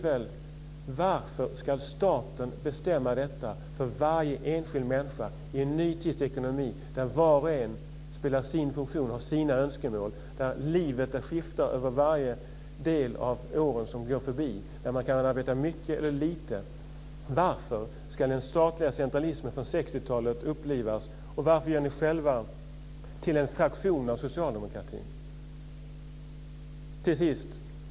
Varför ska staten bestämma detta för varje enskild människa i en ny tids ekonomi, där var och en spelar sin funktion och har sina önskemål, där livet skiftar över åren som går med mycket och lite arbete? Varför ska den statliga centralismen från 60-talet upplivas? Varför gör ni er själva till en fraktion av socialdemokratin?